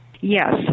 Yes